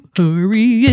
hurry